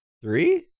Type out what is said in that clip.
three